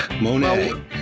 Monet